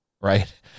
right